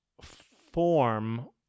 form